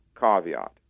caveat